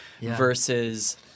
versus